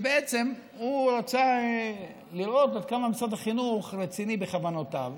בעצם הוא רצה לראות עד כמה משרד החינוך רציני בכוונותיו,